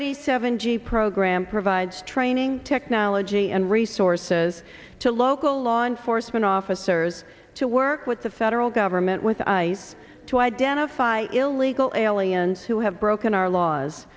eighty seven g program provides training technology and resources to local law enforcement officers to work with the federal government with ice to identify illegal aliens who have broken our laws